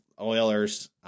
Oilers